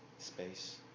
Space